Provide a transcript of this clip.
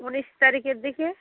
উনিশ তারিখের দিকে